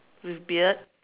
with beard